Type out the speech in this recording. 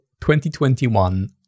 2021